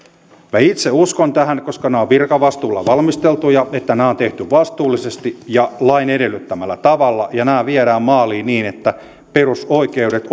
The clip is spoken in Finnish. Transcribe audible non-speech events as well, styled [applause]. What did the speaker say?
minä itse uskon tähän koska nämä ovat virkavastuulla valmisteltuja että nämä on tehty vastuullisesti ja lain edellyttämällä tavalla ja nämä viedään maaliin niin että perusoikeudet [unintelligible]